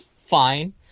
Fine